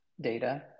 data